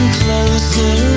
closer